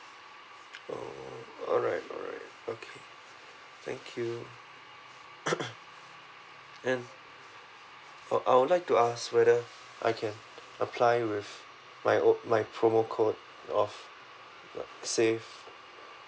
oh alright alright okay thank you and oh I would like to ask whether I can apply with my o~ my promo code of uh save